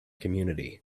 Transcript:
community